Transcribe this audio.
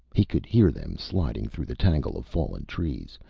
he could hear them sliding through the tangle of fallen trees,